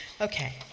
Okay